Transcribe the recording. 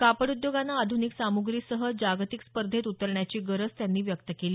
कापड उद्योगानं आध्निक सामुग्रीसह जागतिक स्पर्धेत उतरण्याची गरज त्यांनी व्यक्त केली